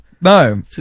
no